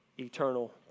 Eternal